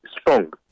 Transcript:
strong